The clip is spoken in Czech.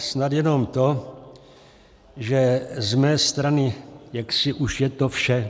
Snad jenom to, že z mé strany jaksi už je to vše.